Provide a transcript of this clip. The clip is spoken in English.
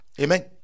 amen